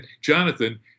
Jonathan